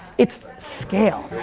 it's scale.